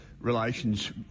relations